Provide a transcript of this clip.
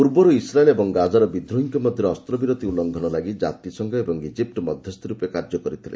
ପୂର୍ବରୁ ଇସ୍ରାଏଲ୍ ଏବଂ ଗାଜାର ବିଦ୍ରୋହୀଙ୍କ ମଧ୍ୟରେ ଅସ୍ତ୍ରବିରତି ଉଲ୍ଲଂଘନ ଲାଗି ଜାତିସଂଘ ଏବଂ ଇଜିପ୍ଟ ମଧ୍ୟସ୍ଥିରୂପେ କାର୍ଯ୍ୟ କରିଥିଲେ